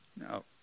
no